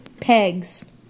pegs